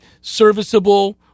serviceable